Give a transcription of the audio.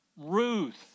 Ruth